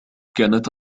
كانت